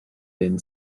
been